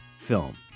film